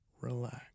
relax